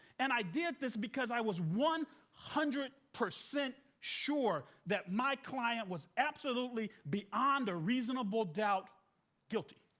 and i did this because i was one hundred percent sure that my client was absolutely beyond the reasonable doubt guilty.